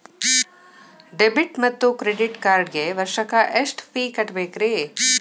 Debit ಮತ್ತು credit ಕಾರ್ಡ್ಗೆ ವರ್ಷಕ್ಕ ಎಷ್ಟ ಫೇ ಕಟ್ಟಬೇಕ್ರಿ?